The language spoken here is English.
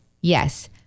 Yes